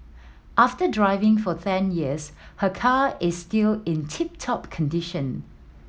after driving for ten years her car is still in tip top condition